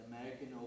American